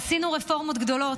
עשינו רפורמות גדולות,